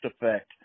effect